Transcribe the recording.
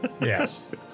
Yes